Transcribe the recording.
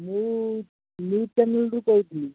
ମୁଁ ନ୍ୟୁଜ୍ ଚ୍ୟାନେଲ୍ରୁ କହୁଥିଲି